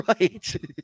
Right